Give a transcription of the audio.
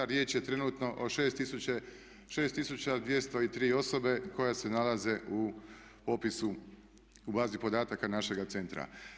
Riječ je trenutno o 6203 osobe koje se nalaze u popisu, u bazi podataka našega centra.